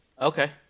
Okay